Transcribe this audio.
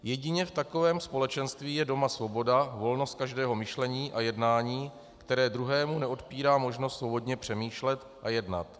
Jedině v takovém společenství je doma svoboda, volnost každého myšlení a jednání, které druhému neodpírá možnost svobodně přemýšlet a jednat.